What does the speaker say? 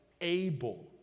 able